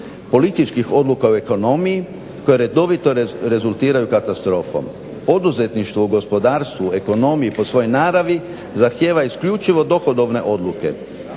političkih odluka u ekonomiji koje redovito rezultiraju katastrofom. Poduzetništvo u gospodarstvu, ekonomiji po svojoj naravi zahtijeva isključivo dohodovne odluke.